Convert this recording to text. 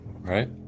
Right